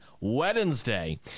Wednesday